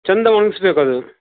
ಚೆಂದ ಒಣಗ್ಸ್ಬೇಕು ಅದು